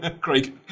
Craig